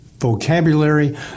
vocabulary